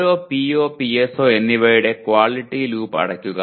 ഓരോ PO PSO എന്നിവയുടെ quality loop അടയ്ക്കുക